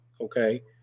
okay